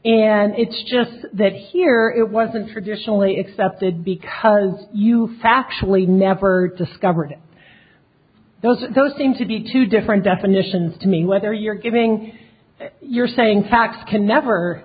and it's just that here it wasn't traditionally accepted because you factually never discovered those and those seem to be two different definitions to me whether you're giving you're saying facts can never